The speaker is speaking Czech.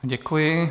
Děkuji.